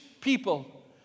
people